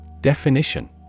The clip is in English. Definition